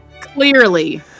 Clearly